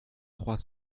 trois